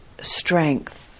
strength